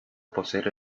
poseer